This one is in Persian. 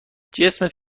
جسمت